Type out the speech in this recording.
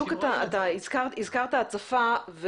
הזכרת הצפה.